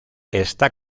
está